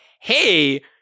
hey